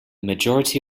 majority